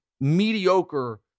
mediocre